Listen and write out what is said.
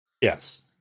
Yes